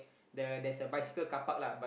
the there's a bicycle car park lah but